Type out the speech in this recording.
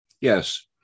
Yes